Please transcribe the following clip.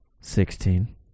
Sixteen